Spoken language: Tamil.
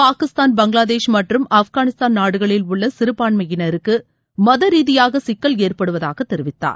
பாகிஸ்தான் பங்களாதேஷ் மற்றும் ஆப்கானிஸ்தான் நாடுகளில் உள்ள சிறபான்மையினருக்கு மத ரீதியாக சிக்கல் ஏற்படுவதாக தெரிவித்தார்